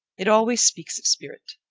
it always speaks of spirit.